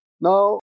Now